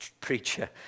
preacher